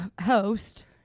host